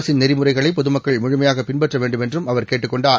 அரசின் நெறிமுறைகளை பொதுமக்கள் முழுமையாக பின்பற்ற வேண்டுமென்றும் அவர் கேட்டுக் கொண்டார்